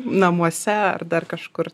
namuose ar dar kažkur